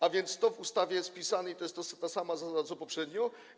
A więc to w ustawie jest wpisane i to jest ta sama zasada co poprzednio.